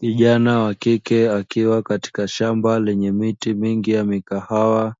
Vijana wa kike wakiwa katika shamba lenye miti mingi ya kahawa